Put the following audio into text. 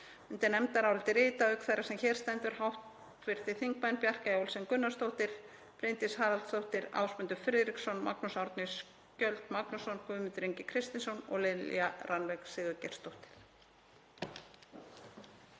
Undir nefndarálitið rita, auk þeirrar sem hér stendur, hv. þingmenn Bjarkey Olsen Gunnarsdóttir, Bryndís Haraldsdóttir, Ásmundur Friðriksson, Magnús Árni Skjöld Magnússon, Guðmundur Ingi Kristinsson og Lilja Rannveig Sigurgeirsdóttir.